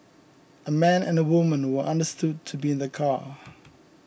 a man and a woman were understood to be in the car